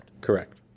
Correct